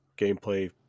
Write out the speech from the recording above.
gameplay